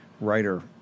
writer